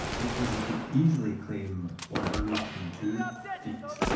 because he could easily claim one hundred and two feet.